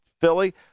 Philly